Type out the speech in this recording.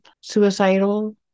suicidal